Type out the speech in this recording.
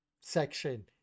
section